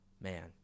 man